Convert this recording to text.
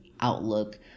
outlook